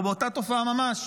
אנחנו באותה תופעה ממש,